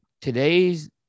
today's